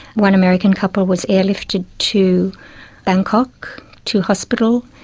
one american couple was airlifted to bangkok to hospital,